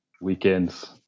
weekends